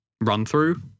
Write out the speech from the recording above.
run-through